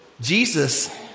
Jesus